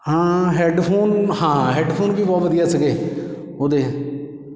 ਹਾਂ ਹੈੱਡਫੋਨ ਹਾਂ ਹੈੱਡਫੋਨ ਵੀ ਬਹੁਤ ਵਧੀਆ ਸੀਗੇ ਉਹਦੇ